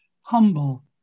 humble